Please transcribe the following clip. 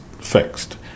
fixed